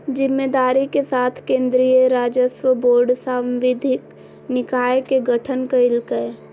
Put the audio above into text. जिम्मेदारी के साथ केन्द्रीय राजस्व बोर्ड सांविधिक निकाय के गठन कइल कय